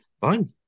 fine